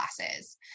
classes